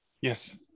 Yes